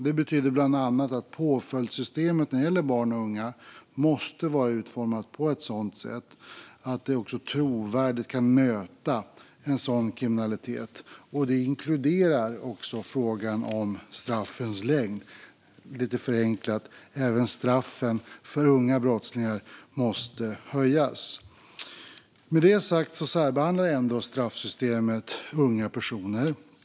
Det betyder bland annat att påföljdssystemet när det gäller barn och unga måste vara utformat på ett sådant sätt att det också trovärdigt kan möta en sådan kriminalitet. Det inkluderar också frågan om straffens längd. Lite förenklat kan man säga: Även straffen för unga brottslingar måste höjas. Med det sagt särbehandlar ändå straffsystemet unga personer.